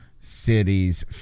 cities